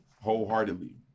wholeheartedly